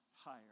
higher